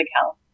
health